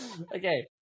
okay